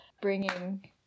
bringing